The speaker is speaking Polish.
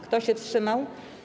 Kto się wstrzymał?